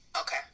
Okay